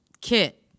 Kit